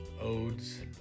odes